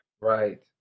Right